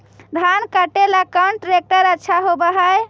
धान कटे ला कौन ट्रैक्टर अच्छा होबा है?